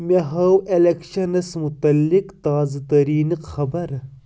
مےٚ ہٲو الؠکشَنَس مُتعلِق تازٕ تٔریٖنہٕ خبر